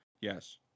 yes